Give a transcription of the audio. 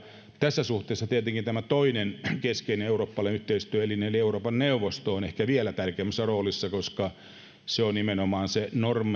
tässä suhteessa tietenkin toinen keskeinen eurooppalainen yhteistyöelin eli euroopan neuvosto on ehkä vielä tärkeämmässä roolissa koska se on nimenomaan se